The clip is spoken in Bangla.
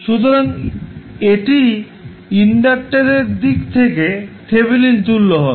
সুতরাং এটি ইন্ডাক্টার এর দিক থেকে থেভেনিন তুল্য হবে